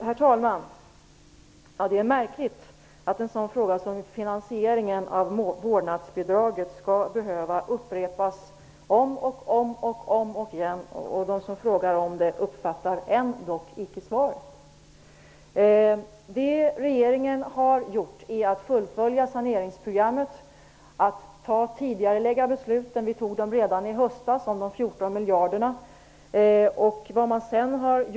Herr talman! Det är märkligt att frågan om finansieringen av vårdnadsbidraget skall behöva upprepas om och om igen. Ändå uppfattar de som frågar icke svaret. Besluten har tidigarelagts. Beslutet om de 14 miljarderna fattades redan i höstas.